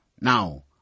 Now